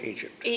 Egypt